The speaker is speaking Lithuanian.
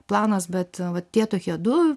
planas bet va tie tokie du